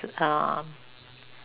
um